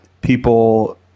People